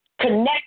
connect